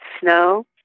snow